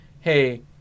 hey